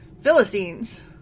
Philistines